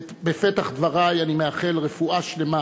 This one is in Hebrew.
בפתח דברי אני מאחל רפואה שלמה